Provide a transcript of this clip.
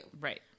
Right